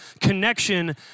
Connection